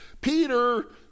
Peter